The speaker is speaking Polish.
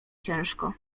ciężko